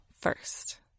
first